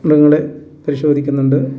മൃഗങ്ങളെ പരിശോധിക്കുന്നുണ്ട്